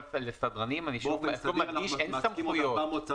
אבל אני שוב מדגיש, לסדרנים אין סמכויות.